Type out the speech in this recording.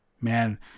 Man